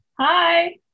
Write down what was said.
Hi